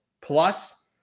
plus